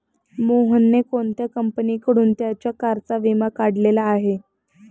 मोहनने कोणत्या कंपनीकडून त्याच्या कारचा विमा काढलेला आहे?